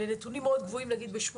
לנתונים מאוד מאוד גבוהים ל 8200,